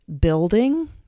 building